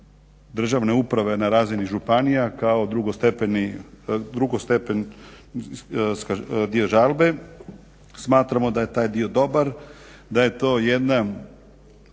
državne uprave na razini županija kao …/Ne razumije se./… žalbe, smatramo da je taj dio dobar, da je to jedna